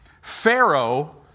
Pharaoh